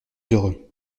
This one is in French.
heureux